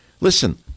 Listen